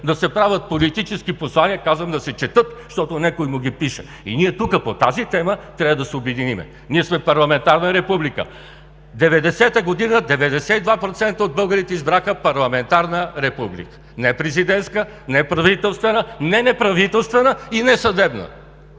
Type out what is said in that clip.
да се правят политически послания… Казвам „да се четат“, защото някой му ги пише. И ние тук, по тази тема, трябва да се обединим. Ние сме парламентарна република! През 1990 г. 92 процента от българите избраха парламентарна република, не президентска, не правителствена, не неправителствена и не съдебна!